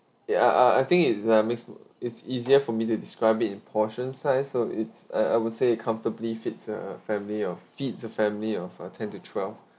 ya I I I think it's uh makes it's easier for me to describe it in portion size so it's I I would say it comfortably fits a family of fits a family of a ten to twelve